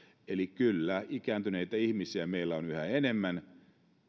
eli kyllä ikääntyneitä ihmisiä meillä on yhä enemmän